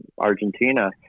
Argentina